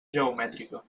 geomètrica